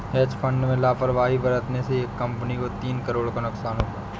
hedge fund में लापरवाही बरतने से एक कंपनी को तीन करोड़ का नुकसान हुआ